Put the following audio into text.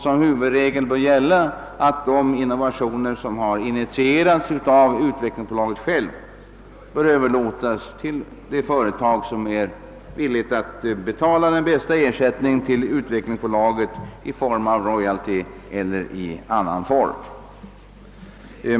Som huvudregel bör gälla att innovationer som initierats av utvecklingsbolaget överlåts på det företag som är villigt att betala den bästa ersättningen till bolaget i form av royalty eller på annat sätt.